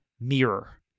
mirror